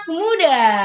muda